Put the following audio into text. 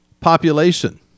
population